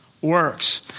works